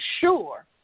sure